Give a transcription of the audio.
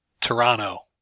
Toronto